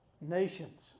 nations